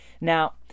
Now